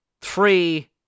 three